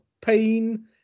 pain